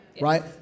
right